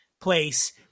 place